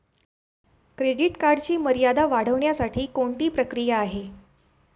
Credit कार्डची मर्यादा वाढवण्यासाठी कोणती प्रक्रिया आहे?